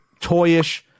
toyish